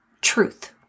truth